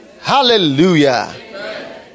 Hallelujah